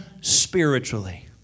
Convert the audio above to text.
spiritually